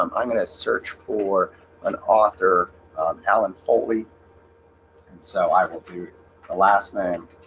um i'm going to search for an author alan foley and so i will do a last name